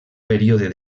període